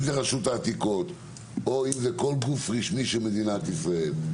אם זה רשות העתיקות או אם זה כל גוף רשמי של מדינת ישראל,